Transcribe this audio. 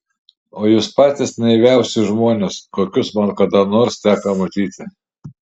o jūs patys naiviausi žmonės kokius man kada nors teko matyti